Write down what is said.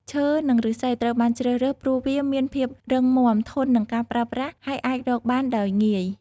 ឈើនិងឫស្សីត្រូវបានជ្រើសរើស ព្រោះវាមានភាពរឹងមាំ ធន់នឹងការប្រើប្រាស់ ហើយអាចរកបានដោយងាយ។